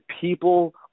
people